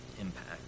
impact